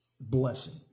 blessing